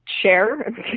share